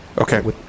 Okay